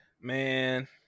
Man